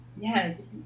Yes